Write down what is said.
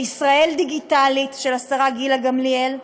ל"ישראל דיגיטלית" של השרה גילה גמליאל,